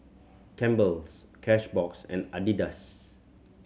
Campbell's Cashbox and Adidas